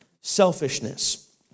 selfishness